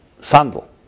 Sandal